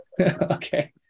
Okay